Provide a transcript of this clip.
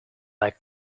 like